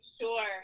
sure